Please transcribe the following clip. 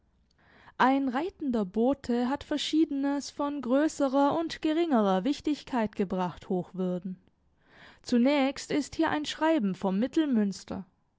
ein reitender bote hat verschiedenes von größerer und geringerer wichtigkeit gebracht hochwürden zunächst ist hier ein schreiben vom